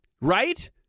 Right